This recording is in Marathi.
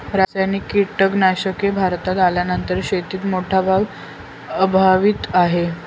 रासायनिक कीटनाशके भारतात आल्यानंतर शेतीत मोठा भाग भजवीत आहे